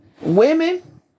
Women